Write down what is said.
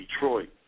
Detroit